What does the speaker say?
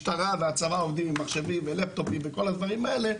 והמשטרה עובדים עם מחשבים ולפטופים וכל הדברים האלה,